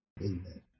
Amen